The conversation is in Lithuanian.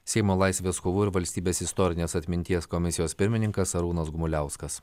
seimo laisvės kovų ir valstybės istorinės atminties komisijos pirmininkas arūnas gumuliauskas